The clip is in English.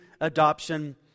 adoption